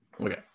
Okay